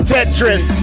Tetris